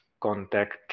contact